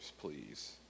please